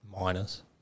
miners